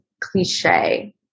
cliche